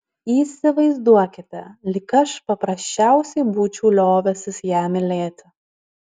įsivaizduokite lyg aš paprasčiausiai būčiau liovęsis ją mylėti